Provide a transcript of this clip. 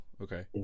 Okay